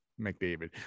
McDavid